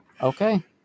okay